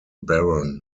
baron